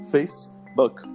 Facebook